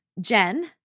Jen